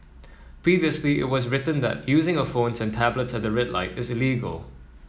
previously it was written that using of phones and tablets at the red light is illegal